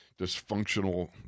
dysfunctional